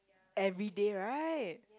everyday right